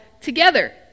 together